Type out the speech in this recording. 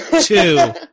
two